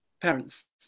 Parents